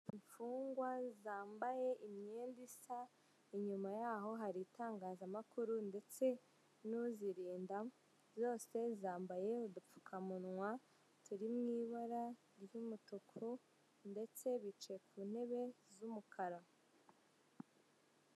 Imfungwa zambaye imyenda isa inyuma yaho hari itangazamakuru ndetse n'uzirinda zose zambaye udupfukamunwa turi mu ibara ry'umutuku ndetse bicaye ku ntebe z'umukara.